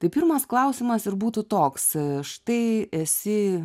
tai pirmas klausimas ir būtų toks štai esi